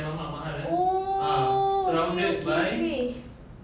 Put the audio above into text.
oh okay okay okay